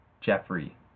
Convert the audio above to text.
Jeffrey